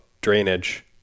drainage